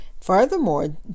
furthermore